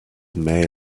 may